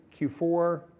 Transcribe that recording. Q4